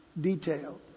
detail